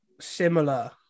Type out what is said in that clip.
similar